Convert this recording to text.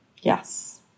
Yes